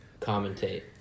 commentate